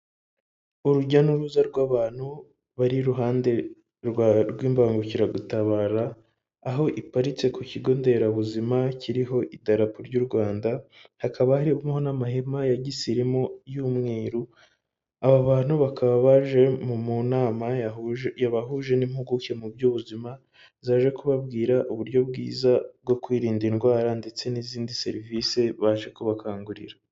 Urujya n'uruza rw'abantu bari iruhande rw'imbangukiragutabara aho iparitse ku kigo nderabuzima kiriho idarapo ry'u Rwanda hakaba harimo n'amahema ya gisirimu y'umweru, aba bantu bakaba baje mu nama yabahuje n'impuguke mu by'ubuzima zaje kubabwira uburyo bwiza bwo kwirinda indwara ndetse n'izindi serivise baje kubakangurira.